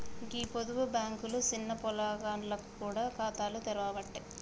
గీ పొదుపు బాంకులు సిన్న పొలగాండ్లకు గూడ ఖాతాలు తెరవ్వట్టే